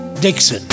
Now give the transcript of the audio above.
Dixon